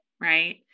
right